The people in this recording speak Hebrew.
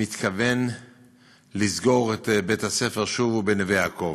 מתכוון לסגור את בית-הספר "שובו" בנווה-יעקב,